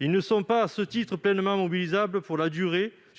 Ils ne sont pas, à ce titre, pleinement mobilisables sur